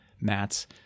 mats